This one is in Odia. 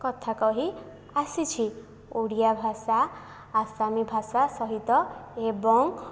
କଥା କହି ଆସିଛି ଓଡ଼ିଆ ଭାଷା ଆସାମୀ ଭାଷା ସହିତ